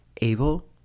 Abel